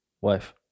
Wife